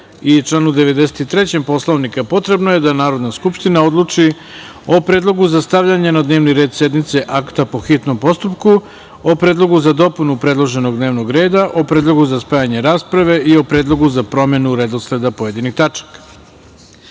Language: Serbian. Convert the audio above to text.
i članu 93. Poslovnika, potrebno je da Narodna skupština odluči o Predlogu za stavljanje na dnevni red sednice akta po hitnom postupku o Predlogu za dopunu predloženog dnevnog reda, o Predlogu za spajanje rasprave i o Predlogu za promenu redosleda pojedinih tačaka. Vlada